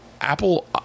Apple